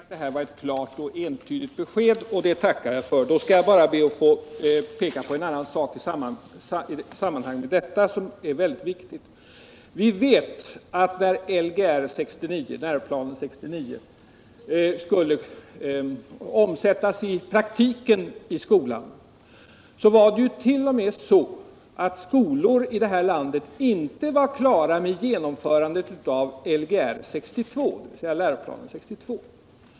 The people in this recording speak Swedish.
Herr talman! Jag tycker att detta var ett klart och entydigt besked, och det tackar jag för. Jag skall bara be att även få peka på en annan sak i sammanhang med detta som är mycket viktig. Vi vet att när Lgr 69 — läroplan 69 — skulle omsättas i praktiken fanns det skolor i det här landet som inte hunnit bli klara med genomförandet av Lgr 62.